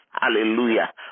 Hallelujah